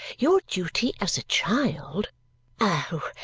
your duty as a child oh!